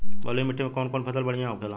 बलुई मिट्टी में कौन कौन फसल बढ़ियां होखेला?